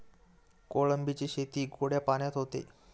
कोळंबीची शेती गोड्या पाण्यात होते